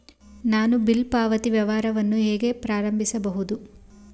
ನಾನು ಬಿಲ್ ಪಾವತಿ ವ್ಯವಹಾರವನ್ನು ಹೇಗೆ ಪ್ರಾರಂಭಿಸುವುದು?